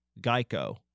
GEICO